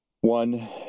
one